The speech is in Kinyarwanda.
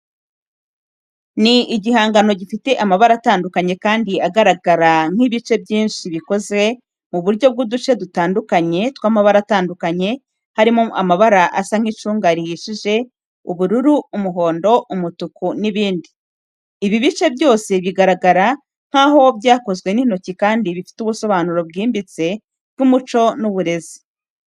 Ni igihangano gifite amabara atandukanye kandi agaragara nk’ibice byinshi bikozwe mu buryo bw’uduce dutandukanye tw’amabara atandukanye, harimo amabara asa nkicunga rihishije ubururu, umuhondo, umutuku, n’ibindi. ibyo bice byose bigaragara nk’aho byakozwe n’intoki kandi bifite ubusobanuro bwimbitse bw’umuco n’uburezi.